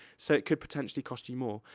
so it could potentially cost you more.